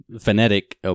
phonetic